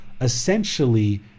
essentially